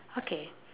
okay